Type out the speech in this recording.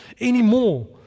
anymore